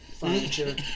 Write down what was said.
furniture